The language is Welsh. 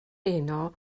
heno